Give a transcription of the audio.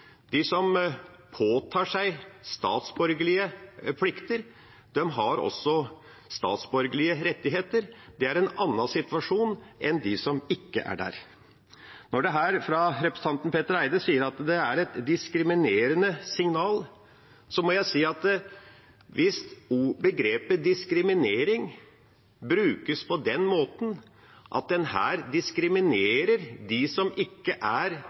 De som påtar seg statsborgerlige plikter, har også statsborgerlige rettigheter. Det er en annen situasjon enn for dem som ikke er der. Når representanten Petter Eide sier at det er et diskriminerende signal, må jeg si at hvis begrepet «diskriminering» brukes på den måten, at en her diskriminerer dem som ikke er